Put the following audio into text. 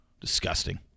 disgusting